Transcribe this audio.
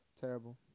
Terrible